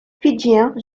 fidjiens